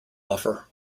offer